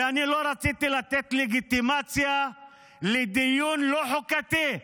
ולא רציתי לתת לגיטימציה לדיון לא חוקתי,